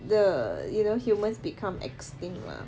the you know humans become extinct lah